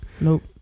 Nope